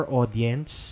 audience